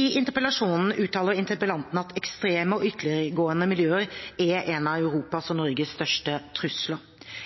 I interpellasjonen uttaler interpellanten at ekstreme og ytterliggående miljøer er en av Europas og Norges største trusler.